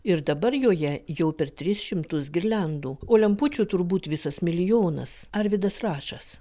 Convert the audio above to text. ir dabar joje jau per tris šimtus girliandų o lempučių turbūt visas milijonas arvydas račas